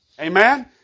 Amen